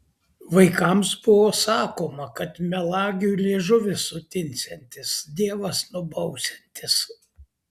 vaikams buvo sakoma kad melagiui liežuvis sutinsiantis dievas nubausiantis